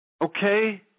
Okay